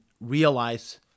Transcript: realize